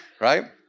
right